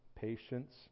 patience